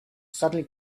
suddenly